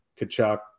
Kachuk